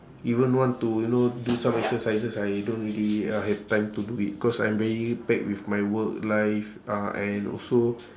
even want to you know do some exercises I don't really ya have time to do it cause I'm very packed with my work life uh and also